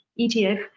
ETF